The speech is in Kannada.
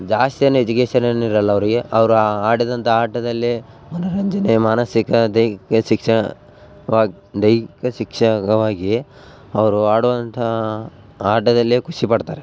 ಜಾಸ್ತಿ ಏನು ಎಜುಕೇಶನ್ ಏನು ಇರೋಲ್ಲ ಅವರಿಗೆ ಅವರು ಆಡಿದಂಥ ಆಟದಲ್ಲಿ ಮನೋರಂಜನೆ ಮಾನಸಿಕ ದೈಹಿಕ ಶಿಕ್ಷಣವಾಗಿ ದೈಹಿಕ ಶಿಕ್ಷಕವಾಗಿ ಅವರು ಆಡುವಂಥಾ ಆಟದಲ್ಲಿ ಖುಷಿ ಪಡ್ತಾರೆ